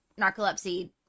narcolepsy